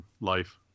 life